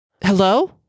hello